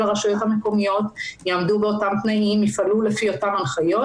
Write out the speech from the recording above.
הרשויות המקומיות יעמדו באותם תנאים ויפעלו לפי אותן הנחיות